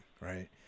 right